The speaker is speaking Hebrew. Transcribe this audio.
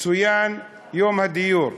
יום הדיור.